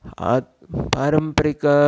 अतः पारम्परिक